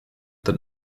that